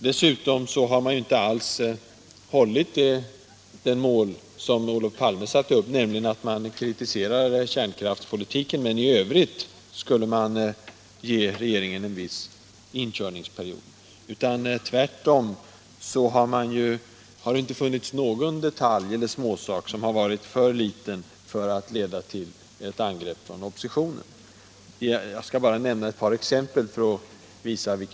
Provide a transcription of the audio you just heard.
Oppositionen har inte alls hållit fast vid det mål som Olof Palme satte upp, nämligen att man skulle kritisera kärnkraftspolitiken men i övrigt ge regeringen en viss inkörningsperiod. Tvärtom har det inte funnits någon detalj som varit för liten för att leda till ett angrepp från oppositionen. Jag skall bara nämna ett par exempel.